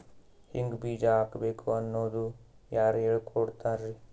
ಹಿಂಗ್ ಬೀಜ ಹಾಕ್ಬೇಕು ಅನ್ನೋದು ಯಾರ್ ಹೇಳ್ಕೊಡ್ತಾರಿ?